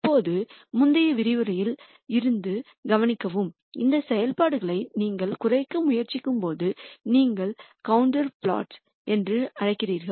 இப்போது முந்தைய விரிவுரையில் இருந்து கவனிக்கவும் இந்த செயல்பாடுகளை நீங்கள் குறைக்க முயற்சிக்கும்போது நீங்கள் கொண்டூர் பிளாட்ஸ் என்று அழைக்கிறீர்கள்